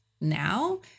now